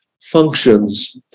functions